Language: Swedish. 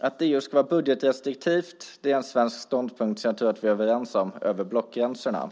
Att EU ska vara budgetrestriktivt är en svensk ståndpunkt som jag tror att vi är överens om över blockgränserna.